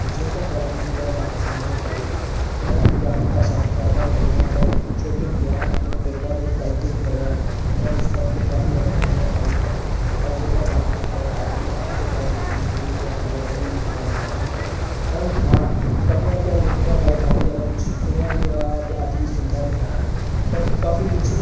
ਜੇਕਰ ਗੱਲ ਕੀਤੀ ਜਾਵੇ ਮਨ ਪਸੰਦ ਦੇ ਕਵੀ ਦੀ ਮੈਂ ਪੰਜਾਬੀ ਭਾਸ਼ਾ ਨੂੰ ਪੜ੍ਹਦਾ ਤਾਂ ਬਹੁਤ ਹਾਂ ਛੋਟੇ ਹੁੰਦਿਆਂ ਆਪਣੇ ਪੇਪਰਾਂ ਦੇ ਇਸ ਟਾਈਮ 'ਤੇ ਹੀ ਪੜ੍ਹਿਆ ਹੋਇਆ ਉਹਨਾਂ ਉਸ ਟਾਈਮ 'ਤੇ ਕਾਫ਼ੀ ਜ਼ਿਆਦਾ ਕਵੀਆਂ ਬਾਰੇ ਵੀ ਪੜ੍ਹਿਆ ਪਰ ਜੇਕਰ ਗੱਲ ਕੀਤੀ ਜਾਵੇ ਅੱਜ ਦੀ ਅੱਜ ਦੇ ਟਾਈਮ ਵਿੱਚ ਮੈਨੂੰ ਕੋਈ ਵੀ ਅਜਿਹਾ ਕਵੀ ਵਗੈਰਾ ਯਾਦ ਨਹੀਂ ਹੈ ਪਰ ਹਾਂ ਕਵੀਆਂ ਦੀਆਂ ਲੇਖਕਾਂ ਬਾਰੇ ਕਾਫ਼ੀ ਜ਼ਿਆਦਾ ਕੁਝ ਸੁਣਿਆ ਵੀ ਹੋਇਆ ਅਤੇ ਅੱਜ ਵੀ ਸੁਣਦਾ ਵੀ ਆਇਆ ਹਾਂ ਕਵੀ ਕਾਫ਼ੀ ਕੁਛ